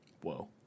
Whoa